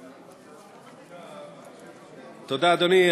תודה, אדוני.